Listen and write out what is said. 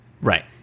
Right